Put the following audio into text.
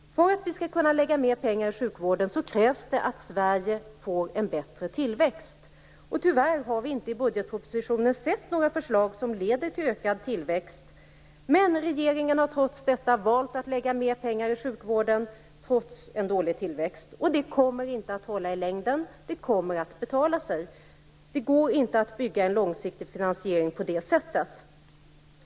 För att vi skall kunna lägga mer pengar på sjukvården krävs det att Sverige får en bättre tillväxt. Tyvärr har vi inte i budgetpropositionen sett några förslag som leder till ökad tillväxt. Men regeringen har trots en dålig tillväxt valt att lägga mer pengar på sjukvården. Det kommer inte att hålla i längden, det kommer att straffa sig. Det går inte att bygga en långsiktig finansiering på det sättet.